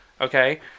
Okay